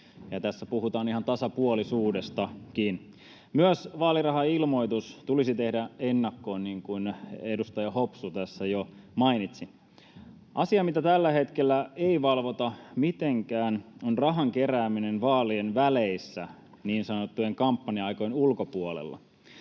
tässä puhutaan ihan tasapuolisuudestakin. Myös vaalirahailmoitus tulisi tehdä ennakkoon, niin kuin edustaja Hopsu tässä jo mainitsi. Asia, mitä tällä hetkellä ei valvota mitenkään, on rahan kerääminen vaalien väleissä, niin sanottujen kampanja-aikojen ulkopuolella.